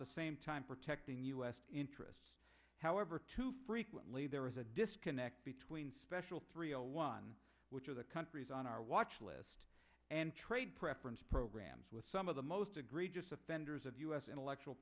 the same time protecting u s interests however too frequently there is a disconnect between special three zero one which are the countries on our watch list and trade preference programs with some of the most egregious offenders of u s intellectual